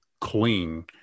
clean